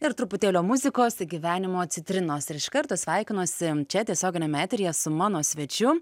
ir truputėlio muzikos gyvenimo citrinos ir iš karto sveikinuosi čia tiesioginiame eteryje su mano svečiu